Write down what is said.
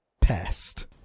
pest